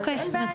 אין בעיה.